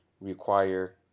require